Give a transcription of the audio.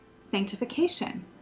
sanctification